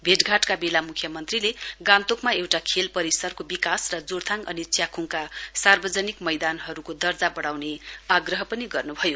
भेटघाटका बेला मुख्यमन्त्रीले गान्तोकमा एउटा खेल परिसरको विकास र जोरथाङ अनि च्याखुङका सार्वजनिक मैदानहरूको दर्जा बढाउने आग्रह पनि गर्नु भयो